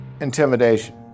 intimidation